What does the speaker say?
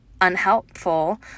unhelpful